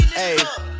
hey